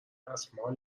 دستمال